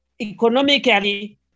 economically